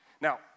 Now